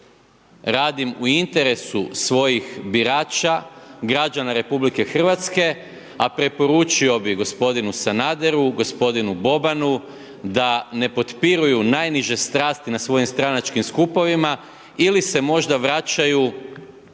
radim u interesu svojih birača, građana RH a preporučio bih g. Sanaderu, g. Bobanu da ne potpiruju najniže strasti na svojim stranačkim skupovima ili se možda vraćaju